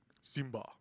Simba